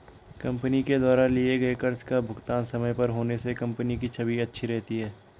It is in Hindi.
कंपनी के द्वारा लिए गए कर्ज का भुगतान समय पर होने से कंपनी की छवि अच्छी रहती है